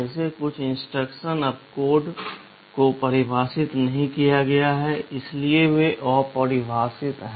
वैसे कुछ instruction opcode को परिभाषित नहीं किया गया है इसलिए वे अपरिभाषित हैं